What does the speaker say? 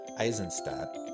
Eisenstadt